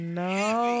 no